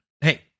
Hey